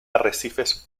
arrecifes